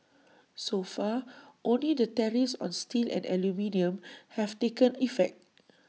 so far only the tariffs on steel and aluminium have taken effect